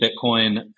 Bitcoin